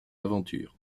aventure